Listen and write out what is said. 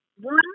one